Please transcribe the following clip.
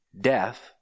death